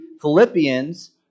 Philippians